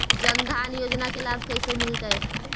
जन धान योजना के लाभ कैसे मिलतै?